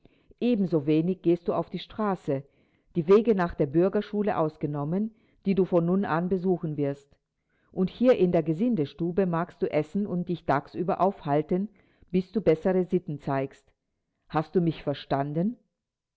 ebensowenig gehst du auf die straße die wege nach der bürgerschule ausgenommen die du von nun an besuchen wirst und hier in der gesindestube magst du essen und dich tagüber aufhalten bis du bessere sitten zeigst hast du mich verstanden